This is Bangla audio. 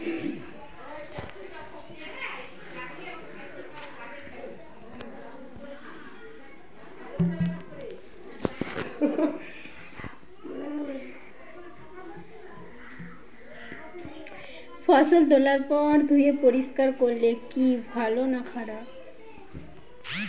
ফসল তোলার পর ধুয়ে পরিষ্কার করলে কি ভালো না খারাপ?